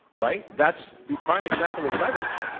right? that's the prime example of leverage.